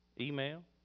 email